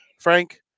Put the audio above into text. Frank